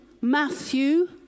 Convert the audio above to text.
Matthew